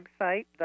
website